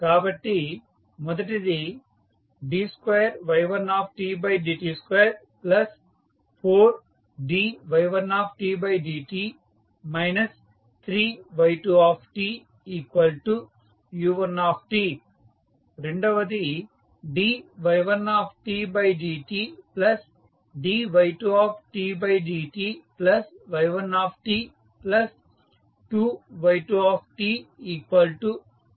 కాబట్టి మొదటిది d2y1dt24dy1dt 3y2tu1t రెండవది dy1dtdy2dty1t2y2tu2t